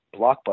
Blockbuster